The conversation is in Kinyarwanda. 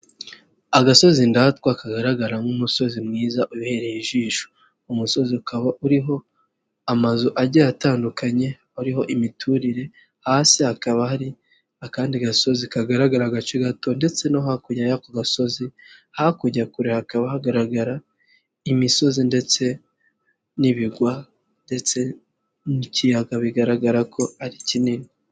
Agasozi ndatwa kagaragara nk'umusozi mwiza ubereye ijisho, umusozi ukaba uriho amazu agiye atandukanye uriho imiturire hasi hakaba hari akandi gasozi kagaragara agace gato ndetse no hakurya y'ako gasozi hakurya kure hakaba hagaragara imisozi ndetse n'ibirwa ndetse n'ikiyaga bigaragara ko ari kinini.